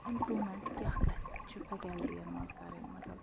improvement کیٛاہ گژھِ چھِ فٮ۪کَلٹیٖیَن منٛز کَرٕنۍ مطلب